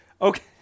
Okay